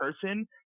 person